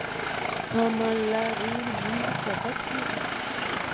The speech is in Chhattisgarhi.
हमन ला ऋण मिल सकत हे का?